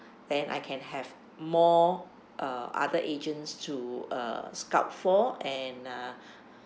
and I can have more uh other agents to uh scout for and uh